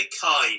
Kai